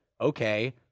okay